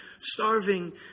starving